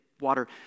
water